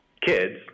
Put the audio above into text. kids